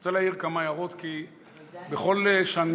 אני רוצה להעיר כמה הערות, כי בכל שנה,